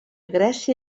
grècia